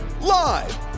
Live